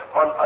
on